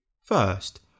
First